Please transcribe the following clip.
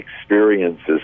experiences